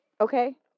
Okay